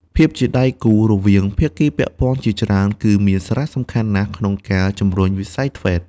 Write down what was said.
ភាពជាដៃគូរវាងភាគីពាក់ព័ន្ធជាច្រើនគឺមានសារៈសំខាន់ណាស់ក្នុងការជំរុញវិស័យ ធ្វេត TVET។